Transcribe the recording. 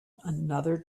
another